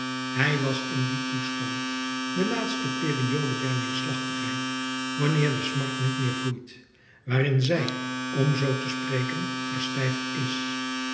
hij was in dien toestand de laatste periode der neerslachtigheid wanneer de smart niet meer vloeit waarin zij om zoo te spreken verstijfd is